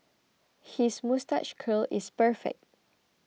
his moustache curl is perfect